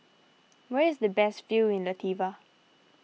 where is the best view in Latvia